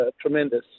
tremendous